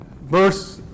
verse